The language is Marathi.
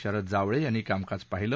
शरद जावळे यांनी कामकाज पाहिलं